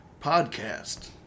Podcast